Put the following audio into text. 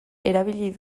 erabili